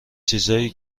چیزهایی